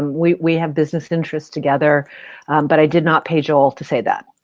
we we have business interests together but i did not pay joel to say that.